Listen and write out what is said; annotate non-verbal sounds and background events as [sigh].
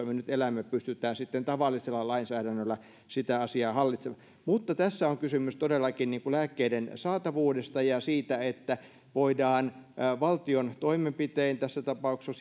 joissa me nyt elämme pystytään sitten tavallisella lainsäädännöllä sitä asiaa hallitsemaan mutta tässä on kysymys todellakin lääkkeiden saatavuudesta ja siitä että voidaan valtion toimenpitein tässä tapauksessa [unintelligible]